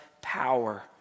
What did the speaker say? power